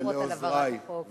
ברכות על העברת החוק.